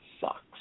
sucks